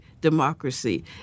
democracy